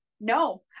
No